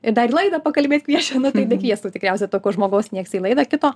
ir dar į laidą pakalbėt kviečia na tai nekviestų tikriausia tokio žmogaus nieks į laidą kito